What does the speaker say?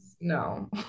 No